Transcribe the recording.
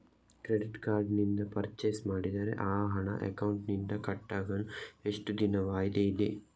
Credit card ನಿಂದ purchase ಮಾಡಿದರೆ ಆ ಹಣ ಅಕೌಂಟಿನಿಂದ ಕಟ್ ಆಗಲು ಎಷ್ಟು ದಿನದ ವಾಯಿದೆ ಇದೆ?